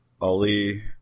Ali